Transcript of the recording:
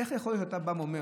איך יכול להיות שאתה בא ואומר,